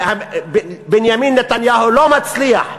בנימין נתניהו לא מצליח.